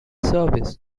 service